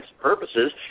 purposes